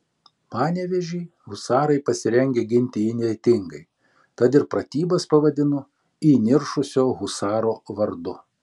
panevėžį husarai pasirengę ginti įnirtingai tad ir pratybas pavadino įniršusio husaro vardu